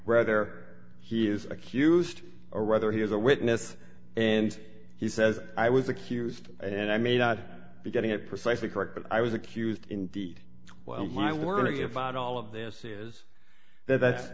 where there he is accused or rather he is a witness and he says i was accused and i may not be getting it precisely correct but i was accused indeed well my worry about all of this is that that